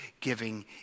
giving